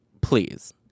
Please